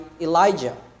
Elijah